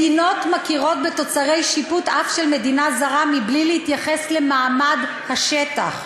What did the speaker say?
מדינות מכירות בתוצרי שיפוט אף של מדינה זרה בלי להתייחס למעמד השטח.